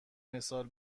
مثال